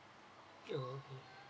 oh okay